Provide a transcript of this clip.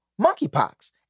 monkeypox